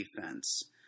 defense